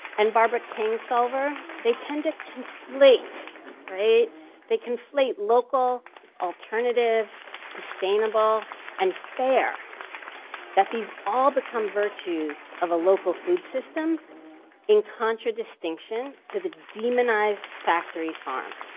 and barbara kingsolver. they tend to conflate they conflate local alternative, sustainable and fair that these all become virtues of a local food system in contradistinction to the demonized factory farm.